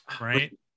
right